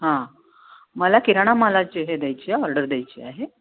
हां मला किराणा मालाची हे द्यायची आहे ऑर्डर द्यायची आहे